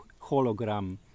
hologram